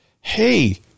hey